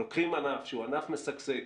לוקחים ענף שהוא ענף משגשג,